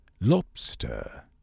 lobster